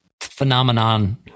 phenomenon